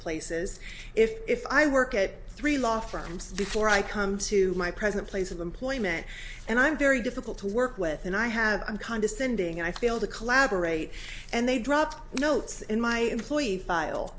places if i work at three law firms before i come to my present place of them clment and i'm very difficult to work with and i have a condescending i feel to collaborate and they dropped notes in my employee file